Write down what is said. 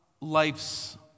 life's